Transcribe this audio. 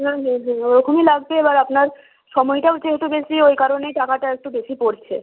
হুম হুম হুম ওরকমই লাগবে এবার আপনার সময়টাও যেহেতু বেশি ওই কারণেই টাকাটা একটু বেশি পড়ছে